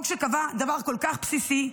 חוק שקבע דבר כל כך בסיסי,